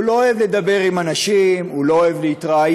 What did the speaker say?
הוא לא אוהב לדבר עם אנשים, הוא לא אוהב להתראיין.